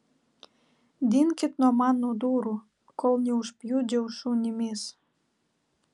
dinkit nuo mano durų kol neužpjudžiau šunimis